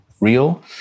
real